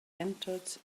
entered